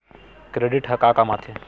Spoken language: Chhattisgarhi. क्रेडिट ह का काम आथे?